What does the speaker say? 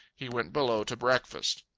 he went below to breakfast.